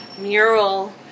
mural